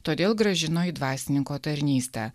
todėl grąžino į dvasininko tarnystę